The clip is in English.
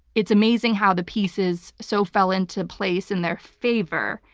it's amazing how the pieces so fell into place in their favor.